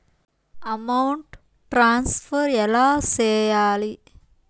amount transfer ఎలా సేయాలి